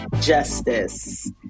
Justice